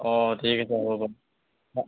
অঁ ঠিক আছে হ'ব বাৰু